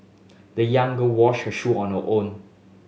the young girl washed her shoe on her own